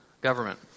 government